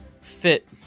fit